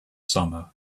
summer